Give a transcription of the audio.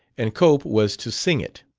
and cope was to sing it.